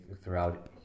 throughout